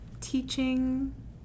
teaching